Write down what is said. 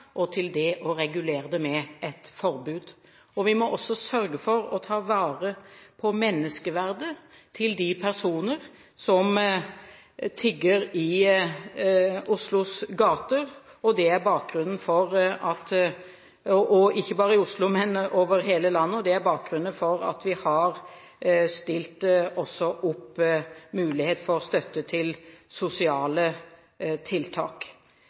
uønsket, og det å regulere det med et forbud. Vi må også sørge for å ta vare på menneskeverdet til de personene som tigger i Oslos gater – og ikke bare i Oslo, men over hele landet – og det er bakgrunnen for at vi også har gitt en mulighet for støtte til sosiale tiltak.